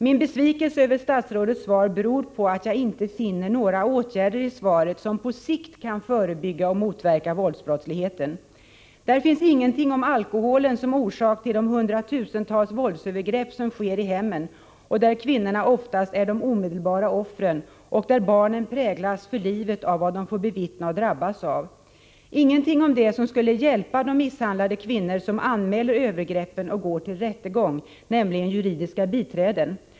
Min stora besvikelse över statsrådets svar beror på att jag i svaret inte finner några åtgärder som på sikt kan förebygga och motverka våldsbrottsligheten. I svaret finns ingenting om alkoholen som orsak till de hundratusentals våldsövergrepp som sker i hemmen och där kvinnorna oftast är de omedelbara offren och barnen präglas för livet av vad de får bevittna och vad de drabbas av. Svaret innehåller ingenting om dem som skulle hjälpa de misshandlade kvinnor som anmäler övergreppen och går till rättegång, nämligen juridiska biträden.